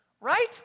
right